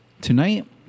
tonight